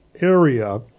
area